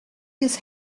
his